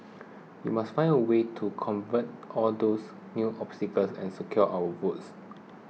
we must find a way to circumvent all these new obstacles and secure our votes